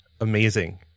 amazing